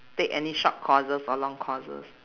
take any short courses or long courses